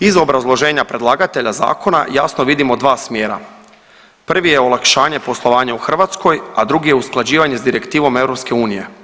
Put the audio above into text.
Iz obrazloženja predlagatelja zakona jasno vidimo dva smjera, prvi je olakšanje poslovanja u Hrvatskoj, a drugi je usklađivanje s direktivom EU.